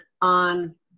on